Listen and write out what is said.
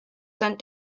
sent